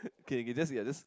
okay you can just yeah just